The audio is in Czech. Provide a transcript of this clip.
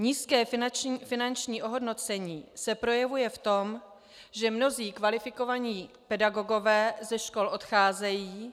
Nízké finanční ohodnocení se projevuje v tom, že mnozí kvalifikovaní pedagogové ze škol odcházejí.